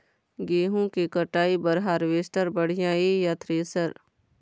गेहूं के कटाई बर हारवेस्टर बढ़िया ये या थ्रेसर?